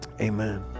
amen